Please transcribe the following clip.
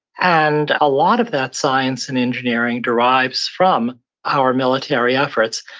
and a lot of that science and engineering derives from our military efforts.